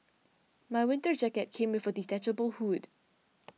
my winter jacket came with a detachable hood